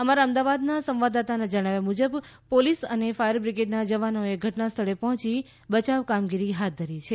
અમારા અમદાવાદના સંવાદદાતાના જણાવ્યા મુજબ પોલીસ અને ફાયર બ્રિગેડના જવાનોએ ઘટના સ્થળ પહોંચી બચાવ કામગીરી હાથ ધરી છે